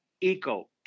eco